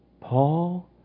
Paul